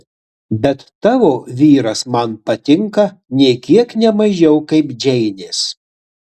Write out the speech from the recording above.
bet tavo vyras man patinka nė kiek ne mažiau kaip džeinės